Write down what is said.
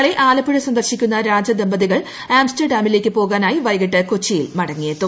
നാളെ ആലപ്പുഴ സന്ദർശിക്കുന്ന് രാജദമ്പതികൾ ആംസ്റ്റർഡാമിലേക്ക് പോകാനായി വൈകിട്ട് കൊച്ചിയിൽ മടങ്ങിയെത്തും